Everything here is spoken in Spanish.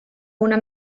una